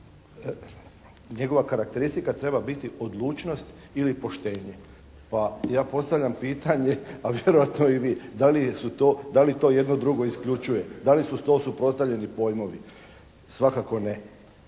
njegova karakteristika treba biti odlučnost ili poštenje. Pa ja postavljam pitanje a vjerojatno i vi da li to jedno drugo isključuje, da li su to suprotstavljeni pojmovi. Svakako ne.